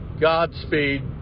Godspeed